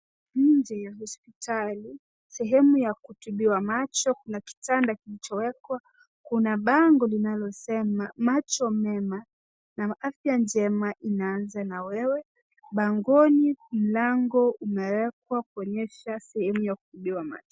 Nje ya hospitali, sehemu ya kutibiwa macho. Kuna kitanda kilichowekwa. Kuna bango linalosema, macho mema na afya njema inaanza na wewe. Bangoni mlango umewekwa kuonyesha sehemu ya kutibiwa macho.